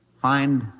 find